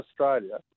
Australia